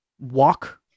walk